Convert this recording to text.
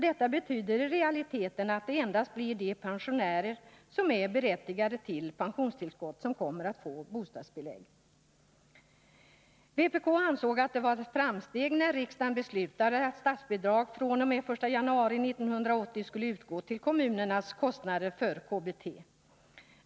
Detta betyder i realiteten att det endast blir de pensionärer som är berättigade till pensionstillskott som kommer att få bostadstillägg. Vpk ansåg att det var ett framsteg när riksdagen beslutade att statsbidrag bostadstillägg.